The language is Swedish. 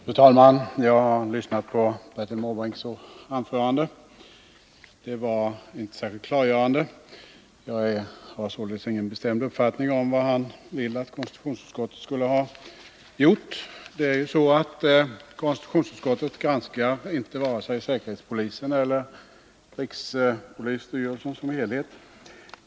Fru talman! Bertil Måbrinks anförande var inte särskilt klargörande, och jag har således ingen bestämd uppfattning om vad han anser att konstitutionsutskottet skulle ha gjort. Konstitutionsutskottet granskar inte vare sig säkerhetspolisen eller rikspolisstyrelsen.